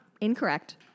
incorrect